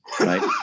Right